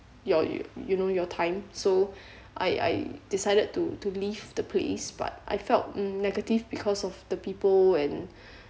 your you you know your time so I I decided to to leave the place but I felt negative because of the people and